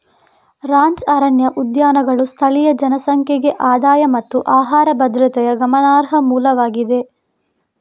ranch ಅರಣ್ಯ ಉದ್ಯಾನಗಳು ಸ್ಥಳೀಯ ಜನಸಂಖ್ಯೆಗೆ ಆದಾಯ ಮತ್ತು ಆಹಾರ ಭದ್ರತೆಯ ಗಮನಾರ್ಹ ಮೂಲವಾಗಿದೆ